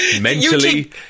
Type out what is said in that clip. mentally